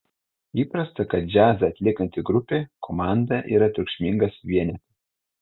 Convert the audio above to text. įprasta kad džiazą atliekanti grupė komanda yra triukšmingas vienetas